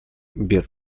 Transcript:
без